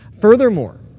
Furthermore